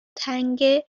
تنگه